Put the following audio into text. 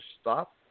stop